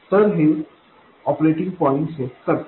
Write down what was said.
तर हे operating point set करते